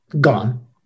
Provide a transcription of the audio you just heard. Gone